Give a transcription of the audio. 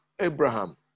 Abraham